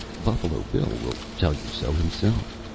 buffalo bill will tell you so himself.